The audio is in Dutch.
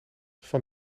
van